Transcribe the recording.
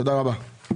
תודה רבה.